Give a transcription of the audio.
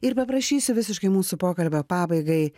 ir paprašysiu visiškai mūsų pokalbio pabaigai